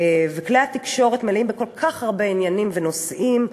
כלי התקשורת מלאים בכל כך הרבה עניינים ונושאים,